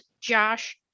Josh